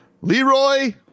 Leroy